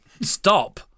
stop